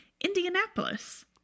Indianapolis